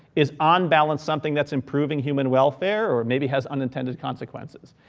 is unbalanced, something that's improving human welfare or maybe has unintended consequences.